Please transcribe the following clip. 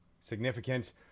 significant